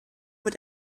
mit